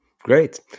great